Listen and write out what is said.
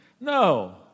No